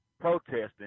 protesting